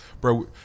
Bro